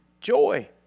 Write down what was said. joy